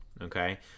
Okay